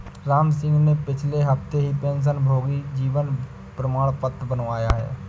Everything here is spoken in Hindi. रामसिंह ने पिछले हफ्ते ही पेंशनभोगी जीवन प्रमाण पत्र बनवाया है